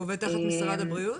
הוא עובד תחת משרד הבריאות?